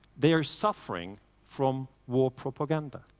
they are suffering from war propaganda.